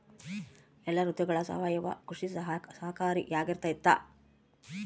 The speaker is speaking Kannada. ಎಲ್ಲ ಋತುಗಳಗ ಸಾವಯವ ಕೃಷಿ ಸಹಕಾರಿಯಾಗಿರ್ತೈತಾ?